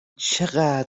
چقدر